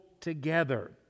together